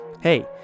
Hey